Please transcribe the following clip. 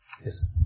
Yes